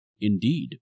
Indeed